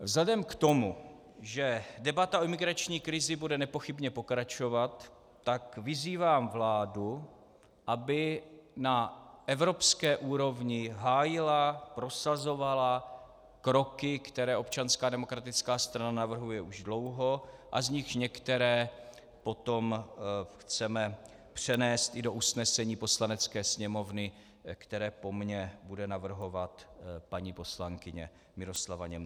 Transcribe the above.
Vzhledem k tomu, že debata o migrační krizi bude nepochybně pokračovat, tak vyzývám vládu, aby na evropské úrovni hájila, prosazovala kroky, které občanská demokratická strana navrhuje už dlouho a z nichž některé potom chceme přenést i do usnesení Poslanecké sněmovny, které po mně bude navrhovat paní poslankyně Miroslava Němcová.